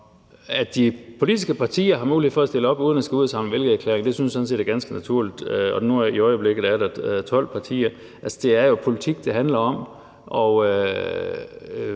At de politiske partier har mulighed for at stille op uden at skulle ud at indsamle vælgererklæringer, synes jeg sådan set er ganske naturligt. I øjeblikket er der 12 partier, og det er jo politik, det handler om,